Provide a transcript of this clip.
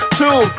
two